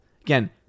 again